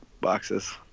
boxes